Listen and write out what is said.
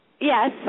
Yes